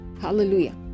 Hallelujah